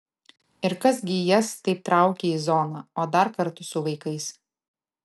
ir kas gi jas taip traukia į zoną o dar kartu su vaikais